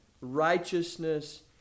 righteousness